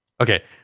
Okay